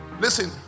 Listen